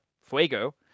Fuego